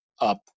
up